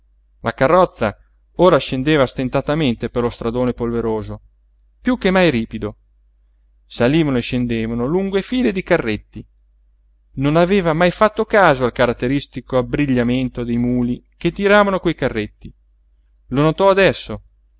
la carrozza ora scendeva stentatamente per lo stradone polveroso piú che mai ripido salivano e scendevano lunghe file di carretti non aveva mai fatto caso al caratteristico abbrigliamento dei muli che tiravano quei carretti lo notò adesso